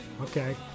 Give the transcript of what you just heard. Okay